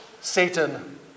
satan